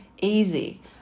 easy